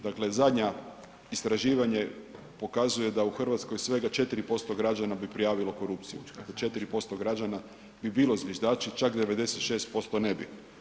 Dakle, zadnja istraživanja pokazuje da u Hrvatskoj svega 4% građana bi prijavilo korupciju, 4% građana bi bilo zviždači, čak 96% ne bi.